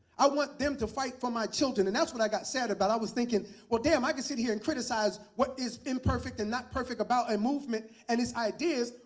i want them to fight for my children, and that's what i got sad about. i was thinking, well, damn, i can sit here and criticize what is imperfect and not perfect about a movement and its ideas,